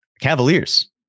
Cavaliers